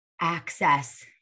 access